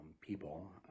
people